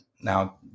now